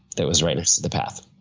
that was right next to the path.